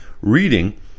reading